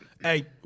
Hey